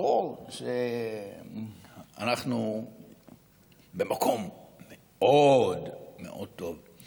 ברור שאנחנו במקום מאוד מאוד טוב.